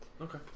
Okay